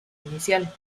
inicial